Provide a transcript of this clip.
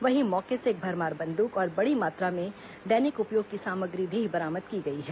वहीं मौके से एक भरमार बंद्रक और बड़ी मात्रा में दैनिक उपयोग की सामग्री भी बरामद की गई है